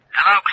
Hello